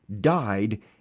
died